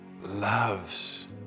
loves